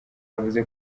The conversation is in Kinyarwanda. yavuze